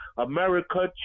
America